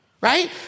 Right